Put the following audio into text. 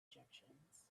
objections